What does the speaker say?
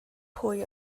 pwy